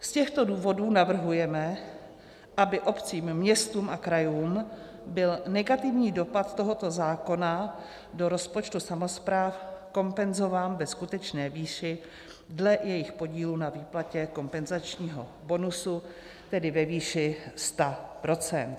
Z těchto důvodů navrhujeme, aby obcím, městům a krajům byl negativní dopad tohoto zákona do rozpočtu samospráv kompenzován ve skutečné výši dle jejich podílu na výplatě kompenzačního bonusu, tedy ve výši 100 %.